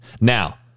Now